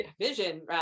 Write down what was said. vision